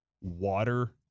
water